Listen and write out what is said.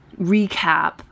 recap